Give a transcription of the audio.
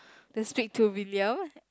just speak to William